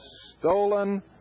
stolen